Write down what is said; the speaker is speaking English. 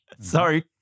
Sorry